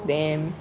damn